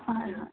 হয়